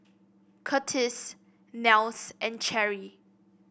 Curtis Nels and Cherry